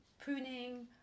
pruning